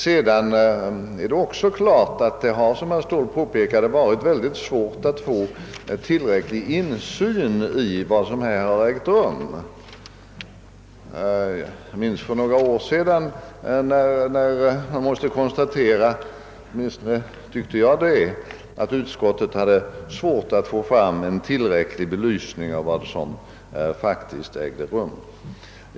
Det är också klart att det, som herr Ståhl påpekade, har varit mycket svårt att få tillräcklig insyn i det arbete som pågått. Jag minns att man för några år sedan kunde konstatera — det tyckte åtminstone jag — att utskottet hade svårt att tillräckligt väl belysa vad som faktiskt ägde rum.